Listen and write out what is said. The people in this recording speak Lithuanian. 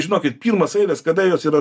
žinokit pirmos eilės kada jos yra